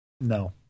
no